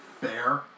Fair